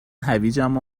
هویجم